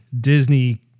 Disney